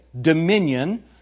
Dominion